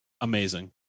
Amazing